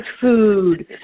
food